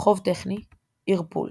חוב טכני ערפול